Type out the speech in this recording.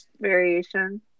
variation